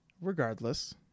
Regardless